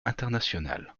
international